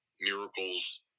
miracles